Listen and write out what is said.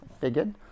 figured